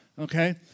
okay